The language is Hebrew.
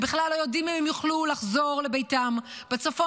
הם בכלל לא יודעים אם הם יוכלו לחזור לביתם בצפון,